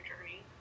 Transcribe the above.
journey